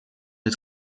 des